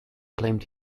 claimed